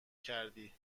کردی